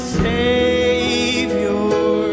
savior